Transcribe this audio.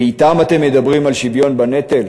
ואתם אתם מדברים על שוויון בנטל?